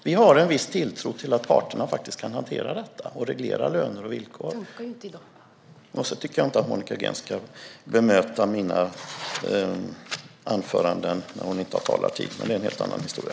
Vi har viss tilltro till att parterna kan hantera detta och reglera löner och villkor. Jag tycker dessutom inte att Monica Green ska bemöta mina repliker när hon inte har talartid. Men det är en helt annan historia.